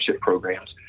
programs